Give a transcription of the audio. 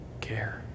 care